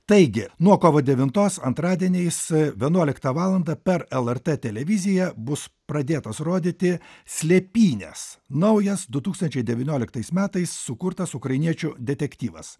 taigi nuo kovo devintos antradieniais vienuoliktą valandą per lrt televiziją bus pradėtas rodyti slėpynės naujas du tūkstančiai devynioliktais metais sukurtas ukrainiečių detektyvas